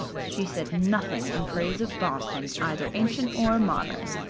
she said nothing in praise of boston, either ancient or modern.